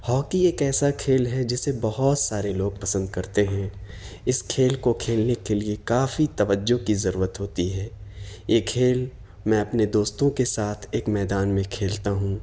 hockey ایک ایسا کھیل ہے جسے بہت سارے لوگ پسند کرتے ہیں اس کھیل کو کھیلنے کے لیے کافی توجہ کی ضرورت ہوتی ہے یہ کھیل میں اپنے دوستوں کے ساتھ ایک میدان میں کھیلتا ہوں